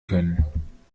können